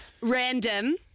random